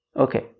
Okay